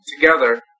together